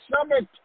Summit